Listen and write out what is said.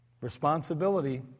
Responsibility